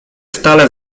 stale